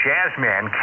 Jazzman